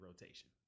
rotation